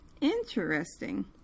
Interesting